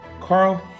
Carl